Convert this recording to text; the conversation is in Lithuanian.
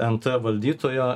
nt valdytojo